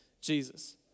Jesus